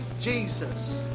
Jesus